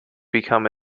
become